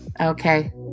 Okay